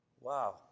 Wow